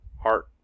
heart